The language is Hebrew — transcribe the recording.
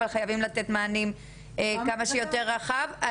אבל חייבים לתת מענה כמה שיותר רחב.